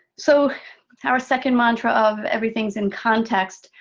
so our second mantra of everything is in context.